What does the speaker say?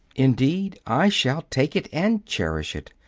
indeed i shall take it, and cherish it,